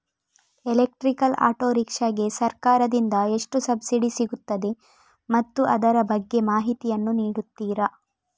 Electrical auto rickshaw ಗೆ ಸರ್ಕಾರ ದಿಂದ ಎಷ್ಟು ಸಬ್ಸಿಡಿ ಸಿಗುತ್ತದೆ ಮತ್ತು ಅದರ ಬಗ್ಗೆ ಮಾಹಿತಿ ಯನ್ನು ನೀಡುತೀರಾ?